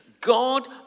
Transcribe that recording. God